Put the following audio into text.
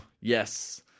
Yes